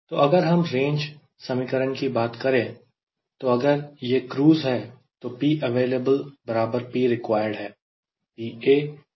तो अगर हम रेंज समीकरण की बात करें तो अगर यह क्रूज़ है तो P available बराबर P required है